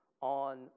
on